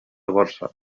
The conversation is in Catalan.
borsa